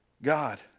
God